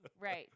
right